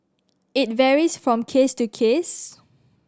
it varies from case to case